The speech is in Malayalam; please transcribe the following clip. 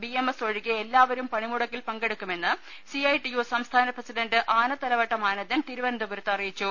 ബി എം എസ് ഒഴികെ എല്ലാവരും പണിമുടക്കിൽ പങ്കെടുക്കുമെന്ന് സി ഐ ടി യു സംസ്ഥാന പ്രസി ഡണ്ട് ആനത്തലവട്ടം ആനന്ദൻ തിരുവനന്തപുരത്ത് അറിയിച്ചു